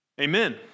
Amen